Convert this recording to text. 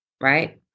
right